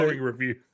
review